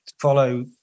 follow